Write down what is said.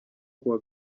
kuwa